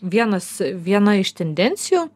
vienas viena iš tendencijų